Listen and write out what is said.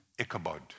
Ichabod